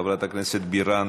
חברת הכנסת בירן,